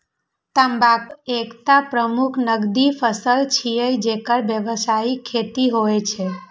तंबाकू एकटा प्रमुख नकदी फसल छियै, जेकर व्यावसायिक खेती होइ छै